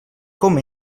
com